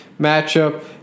matchup